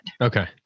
Okay